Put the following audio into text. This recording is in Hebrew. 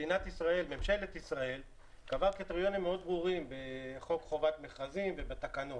ממשלת ישראל קבעה קריטריונים מאוד ברורים בחוק חובת מכרזים ובתקנות,